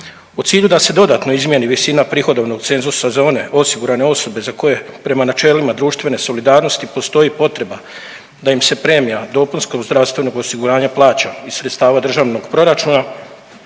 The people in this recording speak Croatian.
U cilju da se dodatno izmijeni visina prihodovnog cenzusa za one osigurane osobe za koje prema načelima društvene solidarnosti postoj potreba da im se premija dopunskog zdravstvenog osiguranja plaća iz sredstava državnog proračuna,